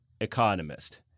economist